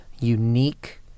unique